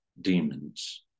demons